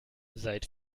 seit